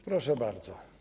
Proszę bardzo.